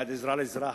בעד עזרה לאזרח,